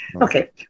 Okay